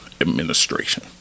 administration